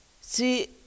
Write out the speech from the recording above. See